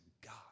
God